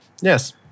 yes